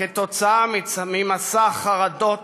עקב מסע חרדות